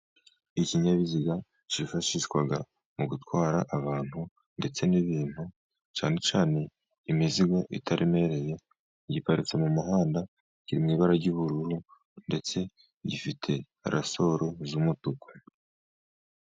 Ikinyabiziga cyifashishwa mu gutwara abantu ndetse n'ibintu, cyane cyane imizigo itaremereye giparitse mu muhanda, kiri mw'ibara ry'ubururu ndetse gifite rasoro z'umutuku.